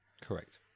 Correct